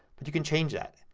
but you can change that.